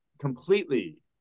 completely